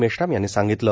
मेश्राम यांनी सांगितलं